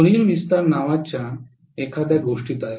Fourier विस्तार नावाच्या एखाद्या गोष्टीद्वारे